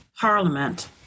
parliament